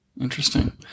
Interesting